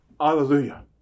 hallelujah